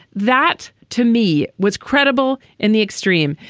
that, to me, was credible in the extreme.